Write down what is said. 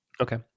Okay